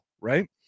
right